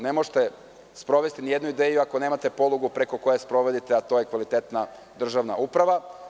Ne možete sprovesti nijednu ideju ako nemate polugu preko koje sprovodite, a to je kvalitetna državna uprava.